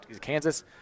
Kansas